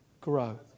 grow